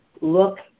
look